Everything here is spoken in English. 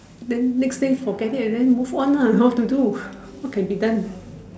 then next day forget it and then move on lah what to do what can be done